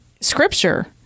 scripture